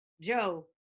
Joe